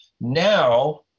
now